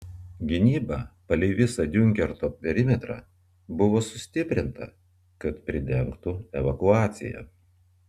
gynyba palei visą diunkerko perimetrą buvo sustiprinta kad pridengtų evakuaciją